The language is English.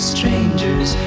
Strangers